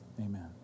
Amen